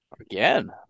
Again